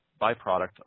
byproduct